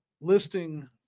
listing